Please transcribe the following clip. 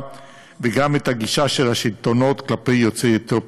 וגם את הגישה של השלטונות כלפי יוצאי אתיופיה.